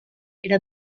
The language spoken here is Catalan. era